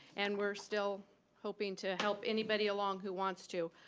and we're still hoping to help anybody along who wants to.